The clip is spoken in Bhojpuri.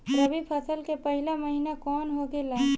रबी फसल के पहिला महिना कौन होखे ला?